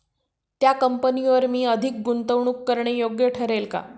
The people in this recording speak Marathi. त्या कंपनीवर मी अधिक गुंतवणूक करणे योग्य ठरेल का?